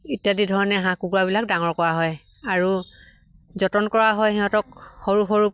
ইত্যাদি ধৰণে হাঁহ কুকুৰাবিলাক ডাঙৰ কৰা হয় আৰু যতন কৰা হয় সিহঁতক সৰু সৰু